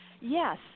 Yes